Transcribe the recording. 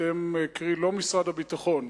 אתם, קרי, לא משרד הביטחון.